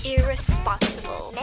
Irresponsible